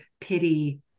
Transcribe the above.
pity